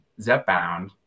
ZepBound